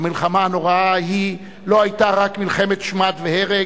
המלחמה הנוראה ההיא לא היתה רק מלחמת שמד והרג,